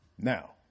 Now